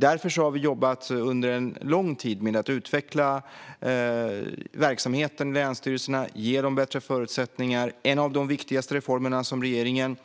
Därför har vi jobbat under lång tid med att utveckla verksamheten i länsstyrelserna och ge dem bättre förutsättningar. En av de viktigaste reformer som regeringen